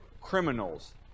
criminals